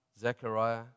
Zechariah